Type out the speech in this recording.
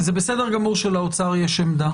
בסדר גמור שלאוצר יש עמדה